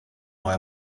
mei